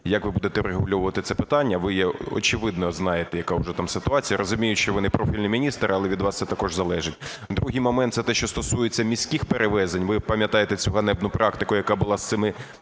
як ви будете врегульовувати це питання? Ви, очевидно, знаєте яка вже там ситуація. Розумію, що ви не профільний міністр, але від вас це також залежить. Другий момент, це те, що стосується міських перевезень. Ви пам'ятаєте цю ганебну практику, яка була з цими